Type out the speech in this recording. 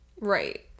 Right